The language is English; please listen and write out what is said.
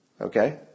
okay